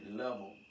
level